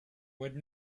would